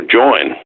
join